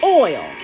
oil